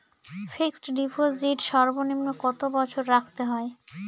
Fixed deposit সর্বনিম্ন কত বছর রাখতে হয়?